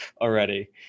already